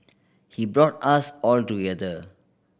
he brought us all together